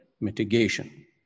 mitigation